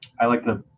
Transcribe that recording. i like that.